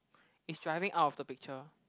it's driving out of the picture